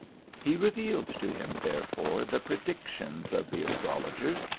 he revealed to him, therefore, the predictions of the astrologers,